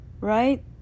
right